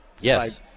Yes